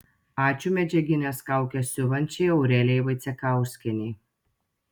ačiū medžiagines kaukes siuvančiai aurelijai vaicekauskienei